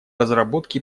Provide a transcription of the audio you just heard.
разработки